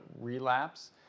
relapse